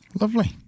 Lovely